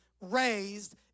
raised